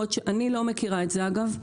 אני לא מכירה את זה, אגב.